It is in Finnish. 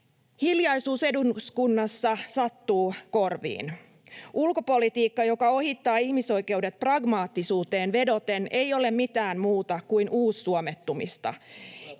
Hiljaisuus eduskunnassa sattuu korviin. Ulkopolitiikka, joka ohittaa ihmisoikeudet pragmaattisuuteen vedoten, ei ole mitään muuta kuin uussuomettumista.